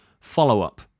Follow-up